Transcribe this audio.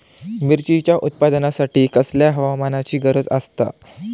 मिरचीच्या उत्पादनासाठी कसल्या हवामानाची गरज आसता?